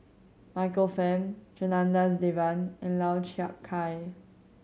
Michael Fam Janadas Devan and Lau Chiap Khai